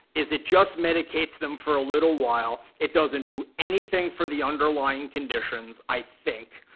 is it just medicates them for a little while. it doesn't do anything for the underlying conditions, i think,